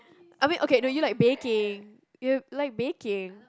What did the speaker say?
I mean okay do you like baking you like baking